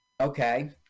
Okay